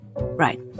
right